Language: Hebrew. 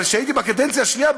אבל כשהייתי בקדנציה השנייה,